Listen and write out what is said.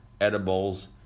edibles